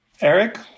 Eric